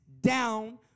down